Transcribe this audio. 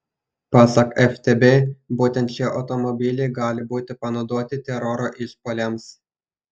pasak ftb būtent šie automobiliai gali būti panaudoti teroro išpuoliams